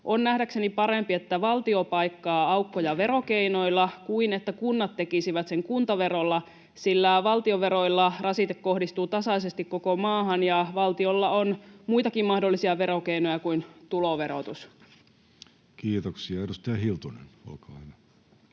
On nähdäkseni parempi, että valtio paikkaa aukkoja verokeinoilla kuin että kunnat tekisivät sen kuntaverolla, sillä valtionveroilla rasite kohdistuu tasaisesti koko maahan ja valtiolla on muitakin mahdollisia verokeinoja kuin tuloverotus. [Speech 100] Speaker: Jussi Halla-aho